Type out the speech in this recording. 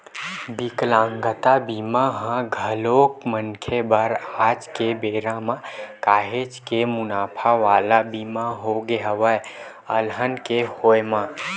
बिकलांगता बीमा ह घलोक मनखे बर आज के बेरा म काहेच के मुनाफा वाला बीमा होगे हवय अलहन के होय म